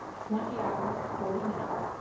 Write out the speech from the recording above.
twenty hours, forty minutes,